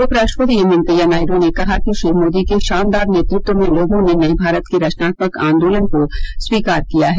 उपराष्ट्रपति एम वेंकैया नायड् ने कहा कि श्री मोदी के शानदार नेतत्व में लोगों ने नये भारत के रचनात्मक आदोलन को स्वीकार किया है